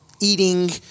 eating